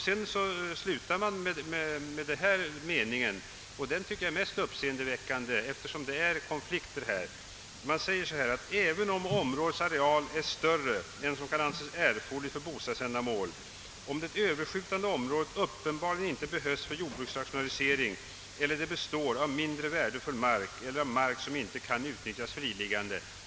Sedan slutar man med ett enligt min uppfattning uppseendeväckande uttalande. Förvärvstillstånd bör i och för sig kunna bifallas av länsstyrelsen, »även om områdets areal är större än som kan anses erforderligt för bostadsändamål, om det överskjutande området uppenbarligen inte behövs för jordbruksrationalisering eller det består av mindre värdefull mark eller av mark som inte kan utnyttjas friliggande».